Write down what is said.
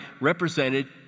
represented